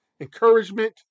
Encouragement